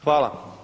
Hvala.